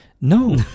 no